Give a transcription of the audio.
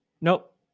Nope